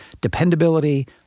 dependability